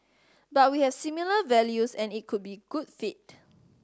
but we have similar values and it could be good fit